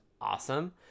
awesome